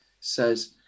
says